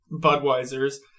Budweiser's